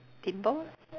pimples